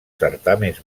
certàmens